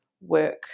work